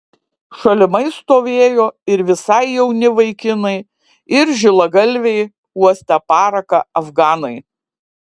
šalimais stovėjo ir visai jauni vaikinai ir žilagalviai uostę paraką afganai